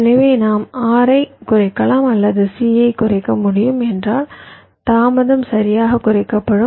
எனவே நாம் R ஐக் குறைக்கலாம் அல்லது C ஐக் குறைக்க முடியும் என்றால் தாமதம் சரியாகக் குறைக்கப்படும்